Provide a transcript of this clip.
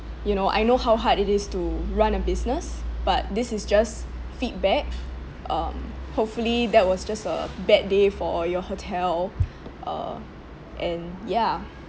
you know I know how hard it is to run a business but this is just feedback um hopefully that was just a bad day for your hotel uh and ya